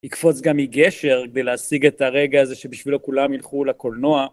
יקפוץ גם מגשר כדי להשיג את הרגע הזה שבשבילו כולם ילכו לקולנוע.